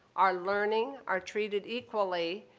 are learning, are treated equally,